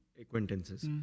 acquaintances